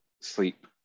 sleep